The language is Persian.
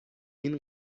این